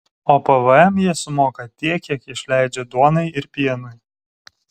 o pvm jie sumoka tiek kiek išleidžia duonai ir pienui